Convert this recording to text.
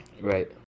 Right